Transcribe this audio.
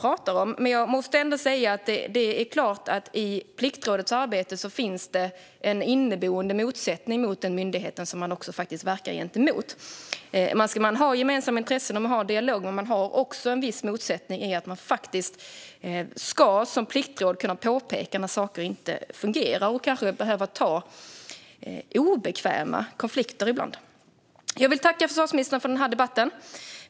Men jag måste ändå säga att det är klart att det i Pliktrådets arbete finns en inneboende motsättning mot den myndighet som man verkar gentemot. Man har gemensamma intressen, och man har en dialog. Men man har också en viss motsättning i att man som pliktråd faktiskt ska kunna påpeka när saker inte fungerar och kanske behöva ta obekväma konflikter ibland. Jag vill tacka försvarsministern för denna debatt.